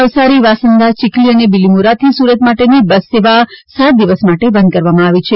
નવસારી વાંસદા ચિખલી અને બીલીમોરાથી સુરત માટેની બસ સેવા સાત દિવસ માટે બંધ કરવામાં આવી છે